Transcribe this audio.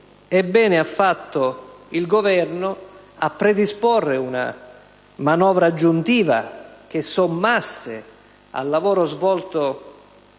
e bene ha fatto il Governo a predisporre una manovra aggiuntiva che sommasse al lavoro svolto